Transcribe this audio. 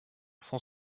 cent